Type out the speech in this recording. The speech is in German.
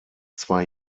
zwei